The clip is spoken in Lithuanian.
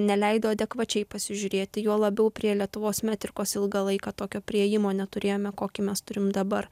neleido adekvačiai pasižiūrėti juo labiau prie lietuvos metrikos ilgą laiką tokio priėjimo neturėjome kokį mes turim dabar